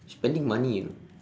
spending money you know